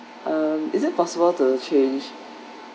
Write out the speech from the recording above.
um is it possible to change